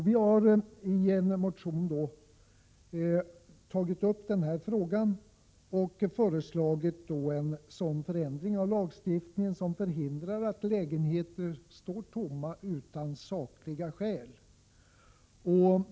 Vi har alltså tagit upp den frågan i en motion och föreslagit en förändring av lagstiftningen som förhindrar att lägenheter står tomma utan sakliga skäl.